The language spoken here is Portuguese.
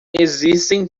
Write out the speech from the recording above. existem